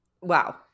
Wow